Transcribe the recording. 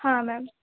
हाँ मैम